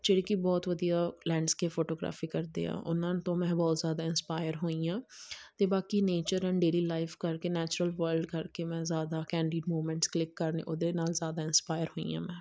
ਜਿਹੜੇ ਕਿ ਬਹੁਤ ਵਧੀਆ ਲੈਨਡਸਕੇਪ ਫੋਟੋਗ੍ਰਾਫੀ ਕਰਦੇ ਆ ਉਹਨਾਂ ਤੋਂ ਮੈਂ ਬਹੁਤ ਜ਼ਿਆਦਾ ਇੰਸਪਾਇਰ ਹੋਈ ਹਾਂ ਅਤੇ ਬਾਕੀ ਨੇਚਰ ਐਂਡ ਡੇਲੀ ਲਾਈਫ ਕਰਕੇ ਨੈਚੁਰਲ ਵਰਲਡ ਕਰਕੇ ਮੈਂ ਜ਼ਿਆਦਾ ਕੈਂਡਿਡ ਮੂਵਮੈਂਟਸ ਕਲਿੱਕ ਕਰਨੇ ਉਹਦੇ ਨਾਲ ਜ਼ਿਆਦਾ ਇਨਸਪਾਇਰ ਹੋਈ ਹਾਂ ਮੈਂ